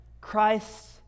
Christ